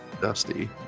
Dusty